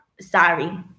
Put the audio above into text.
sorry